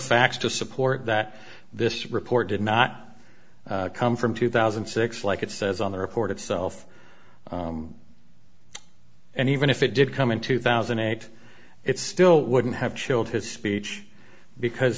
facts to support that this report did not come from two thousand and six like it says on the report itself and even if it did come in two thousand and eight it still wouldn't have chilled his speech because